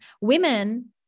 Women